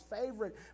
favorite